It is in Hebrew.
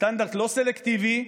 סטנדרט לא סלקטיבי.